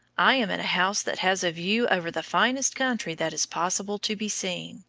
i am in a house that has a view over the finest country that is possible to be seen,